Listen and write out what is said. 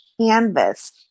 Canva's